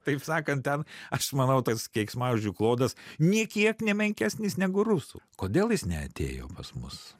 taip sakant ten aš manau tas keiksmažodžių klodas nė kiek nemenkesnis negu rusų kodėl jis neatėjo pas mus